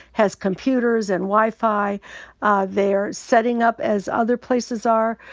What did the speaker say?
has computers and wifi. they are setting up as other places are,